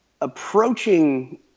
approaching